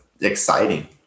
exciting